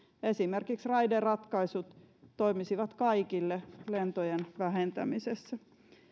esimerkiksi raideratkaisut toimisivat kaikille lentojen vähentämisessä